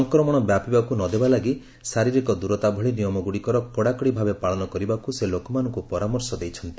ସଂକ୍ରମଣ ବ୍ୟାପିବାକୁ ନ ଦେବା ଲାଗି ଶାରୀରିକ ଦୂରତା ଭଳି ନିୟମଗୁଡ଼ିକର କଡ଼ାକଡ଼ି ଭାବେ ପାଳନ କରିବାକୁ ସେ ଲୋକମାନଙ୍କୁ ପରାମର୍ଶ ଦେଇଛନ୍ତି